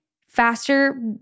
faster